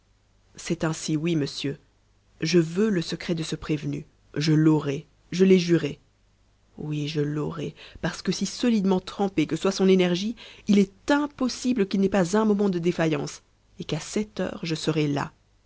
c'est ainsi oui monsieur je veux le secret de ce prévenu je l'aurai je l'ai juré oui je l'aurai parce que si solidement trempée que soit son énergie il est impossible qu'il n'ait pas un moment de défaillance et qu'à cette heure je serai là